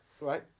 Right